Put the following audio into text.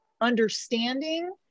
understanding